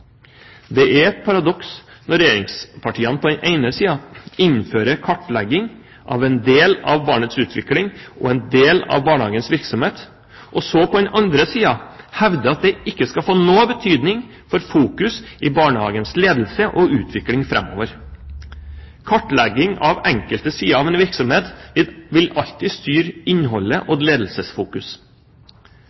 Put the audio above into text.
Det er et paradoks når regjeringspartiene på den ene siden innfører kartlegging av en del av barnets utvikling og en del av barnehagens virksomhet, og så på den andre siden hevder at det ikke skal få noen betydning for hva barnehagens ledelse skal fokusere på framover. Kartlegging av enkelte sider av en virksomhet vil alltid styre innholdet og